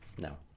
No